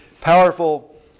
powerful